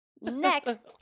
Next